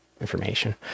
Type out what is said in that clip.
information